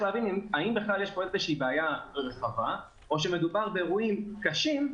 להבין אם בכלל יש פה בעיה רחבה או שמדובר באירועים קשים,